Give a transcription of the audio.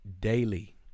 daily